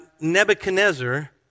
Nebuchadnezzar